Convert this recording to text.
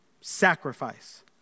Sacrifice